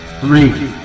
three